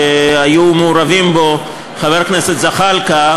שהיו מעורבים בו חבר הכנסת זחאלקה,